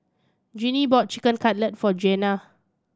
Gene bought Chicken Cutlet for Jeanna